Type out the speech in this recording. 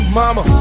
mama